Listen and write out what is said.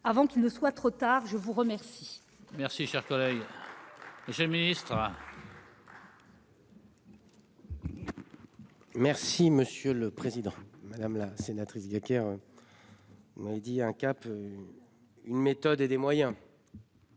avant qu'il ne soit trop tard. Je vous remercie. Merci cher collègue. J'ai le ministre. Merci monsieur le président, madame la sénatrice. M'avait dit un cap. Une méthode et des moyens.